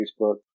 Facebook